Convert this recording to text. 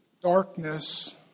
darkness